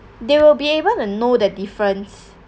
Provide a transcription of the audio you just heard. they will be able to know the difference